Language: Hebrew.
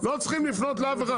לא צריכים לפנות לאף אחד.